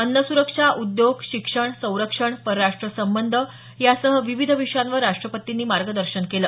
अन्नसुरक्षा उद्योग शिक्षण सरक्षण परराष्ट्र संबंध यासह विविध विषयांवर राष्ट्रपतींनी मार्गदर्शन केलं